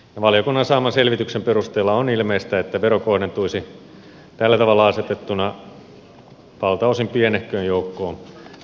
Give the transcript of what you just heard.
valiokunnan saaman selvityksen perusteella on ilmeistä että vero kohdentuisi tällä tavalla asetettuna valtaosin pienehköön joukkoon pk yrityksiä